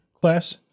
class